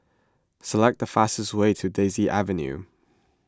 select the fastest way to Daisy Avenue